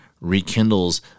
rekindles